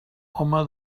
home